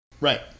right